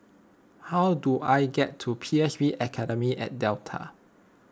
how do I get to P S B Academy at Delta